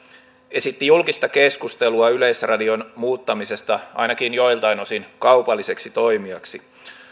esitti julkista keskustelua yleisradion muuttamisesta ainakin joiltain osin kaupalliseksi toimijaksi